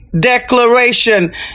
declaration